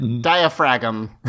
diaphragm